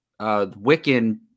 Wiccan